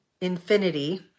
infinity